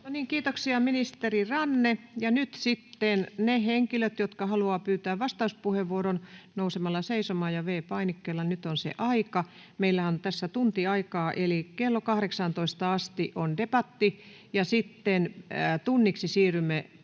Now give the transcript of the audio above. kiitoksia ministeri Ranne. — Nyt sitten ne henkilöt, jotka haluavat pyytää vastauspuheenvuoron nousemalla seisomaan ja V-painikkeella, nyt on sen aika. Meillä on tässä tunti aikaa, eli kello 18:aan asti on debatti, ja sitten tunniksi siirrymme puhelistalle.